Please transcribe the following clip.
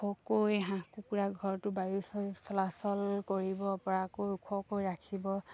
ওখকৈ হাঁহ কুকুৰা ঘৰটো বায়ু চলাচল কৰিব পৰা ওখকৈ ৰাখিব